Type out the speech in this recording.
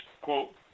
quote